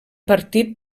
partit